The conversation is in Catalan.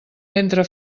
ventre